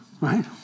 right